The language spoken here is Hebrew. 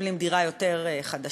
מקבלים דירה יותר חדשה,